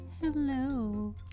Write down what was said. Hello